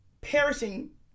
perishing